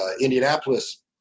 Indianapolis